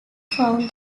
found